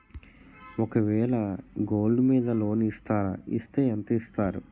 ఒక వేల గోల్డ్ మీద లోన్ ఇస్తారా? ఇస్తే ఎంత ఇస్తారు?